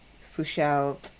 social